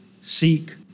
seek